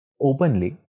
openly